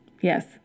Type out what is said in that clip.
Yes